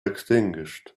extinguished